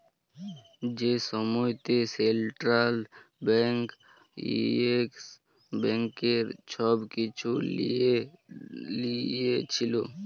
যে সময়তে central bank Yes ব্যাংকের ছব কিছু লিঁয়ে লিয়েছিল